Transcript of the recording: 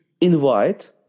invite